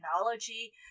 technology